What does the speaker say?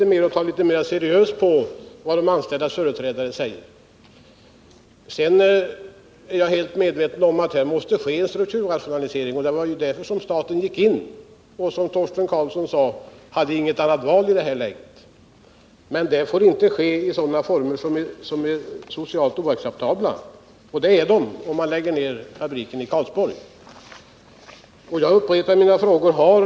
Än mer olyckligt är det om den statliga skogskoncernen ASSI saknar en samlad planering för sina investeringar i vidareförädlingsledet utan bygger på punktvisa åtgärder från fall till fall. Jag vill därför till industriministern ställa följande frågor: 1. Anser industriministern att det behövs en samlad översiktlig utredning för ASSI:s vidareförädlingssatsningar, omfattande samtliga i koncernen ingående anläggningar? 2.